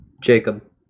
Jacob